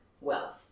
wealth